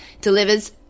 delivers